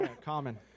Common